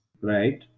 Right